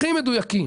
הכי מדויקים